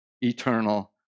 eternal